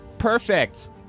Perfect